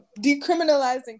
decriminalizing